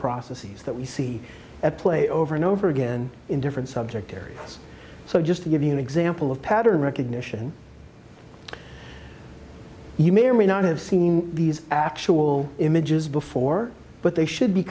processes that we see at play over and over again in different subject areas so just to give you an example of pattern recognition you may or may not have seen these actual images before but they should be